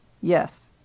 Yes